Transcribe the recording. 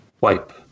wipe